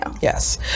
Yes